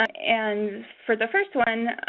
and for the first one,